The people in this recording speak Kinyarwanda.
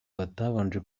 batabanje